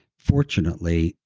fortunately,